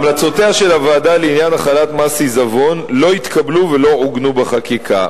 המלצותיה של הוועדה לעניין החלת מס עיזבון לא התקבלו ולא עוגנו בחקיקה.